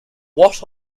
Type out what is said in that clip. what